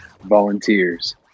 volunteers